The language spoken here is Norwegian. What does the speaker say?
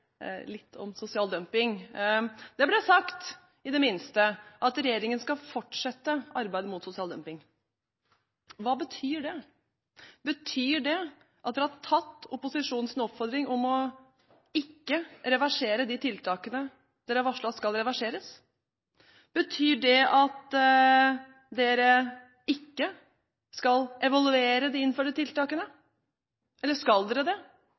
litt om sosial dumping. Det ble i det minste sagt at regjeringen skal fortsette arbeidet mot sosial dumping. Hva betyr det? Betyr det at de har tatt opposisjonens oppfordring om ikke å reversere de tiltakene de har varslet at skal reverseres? Betyr det at de ikke skal evaluere de innførte tiltakene – eller skal de det?